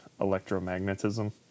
electromagnetism